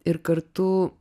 ir kartu